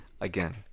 again